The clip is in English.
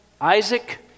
Isaac